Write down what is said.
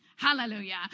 Hallelujah